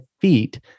feet